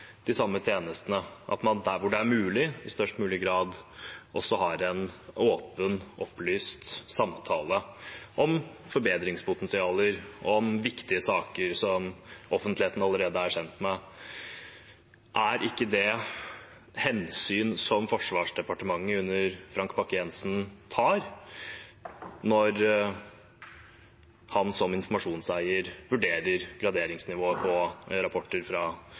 de samme tjenestene, at man der hvor det er mulig, i størst mulig grad også har en åpen, opplyst samtale om forbedringspotensialer, om viktige saker som offentligheten allerede er kjent med. Er ikke det hensyn som Forsvarsdepartementet under Frank Bakke-Jensen tar, når han som informasjonseier vurderer graderingsnivået på rapporter fra